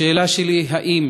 השאלה שלי: האם